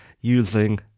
using